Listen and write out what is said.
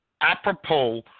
apropos